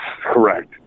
correct